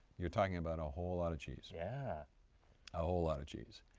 you're talking about a whole lot of cheese, yeah a whole lot of cheese.